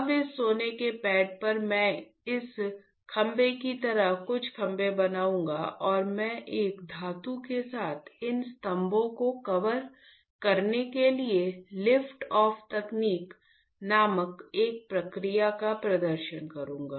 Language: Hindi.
अब इस सोने के पैड पर मैं इस खंभे की तरह कुछ खंभे बनाऊंगा और मैं एक धातु के साथ इन स्तंभों को कवर करने के लिए लिफ्ट ऑफ तकनीक नामक एक प्रक्रिया का प्रदर्शन करूंगा